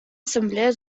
ассамблея